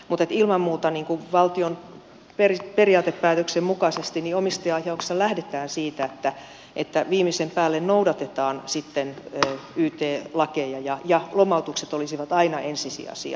mutta ilman muuta valtion periaatepäätöksen mukaisesti omistajaohjauksessa lähdetään siitä että viimeisen päälle noudatetaan sitten yt lakeja ja lomautukset olisivat aina ensisijaisia